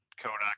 Kodak